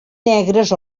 negres